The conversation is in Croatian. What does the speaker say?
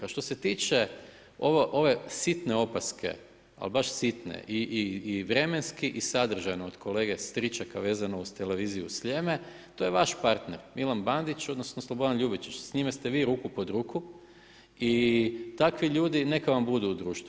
A što se tiče ove sitne opaske, ali baš sitne i vremenski i sadržajno od kolege Stričaka vezano uz Televiziju Sljeme, to je vaš partner Milan Bandić odnosno Slobodan Ljubičić s njime ste vi ruku pod ruku i takvi ljudi neka vam budu u društvu.